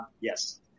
Yes